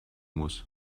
muss